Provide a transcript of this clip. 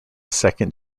second